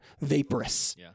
vaporous